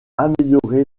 améliorer